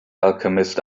alchemist